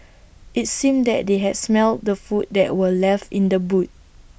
IT seemed that they had smelt the food that were left in the boot